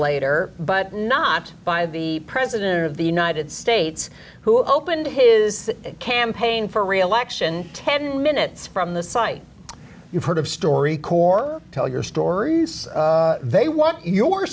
later but not by the president of the united states who opened his campaign for reelection ten minutes from the site you've heard of story corps tell years doris they want your